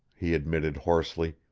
he admitted hoarsely,